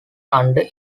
under